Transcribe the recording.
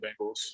Bengals